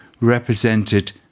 represented